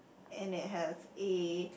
and it have a